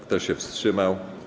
Kto się wstrzymał?